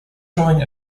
showing